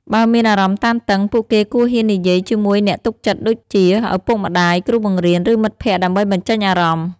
បើមានអារម្មណ៍តានតឹង ពួកគេគួរហ៊ាននិយាយជាមួយអ្នកទុកចិត្តដូចជា ឪពុកម្ដាយ គ្រូបង្រៀន ឬមិត្តភ័ក្តិដើម្បីបញ្ចេញអារម្មណ៍។